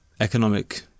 economic